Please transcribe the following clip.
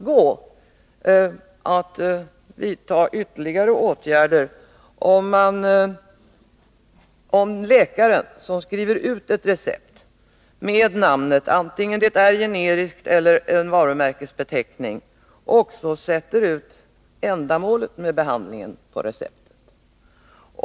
gå att vidta ytterligare åtgärder om läkaren som skriver ut ett recept förutom namnet — antingen det är generiskt eller en varumärkesbeteckning — också sätter ut ändamålet med behandlingen på receptet.